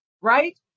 right